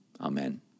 Amen